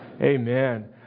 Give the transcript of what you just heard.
Amen